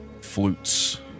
flutes